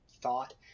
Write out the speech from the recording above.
thought